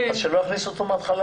שמהתחלה לא יכניס אותו לחדר.